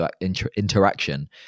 interaction